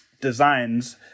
designs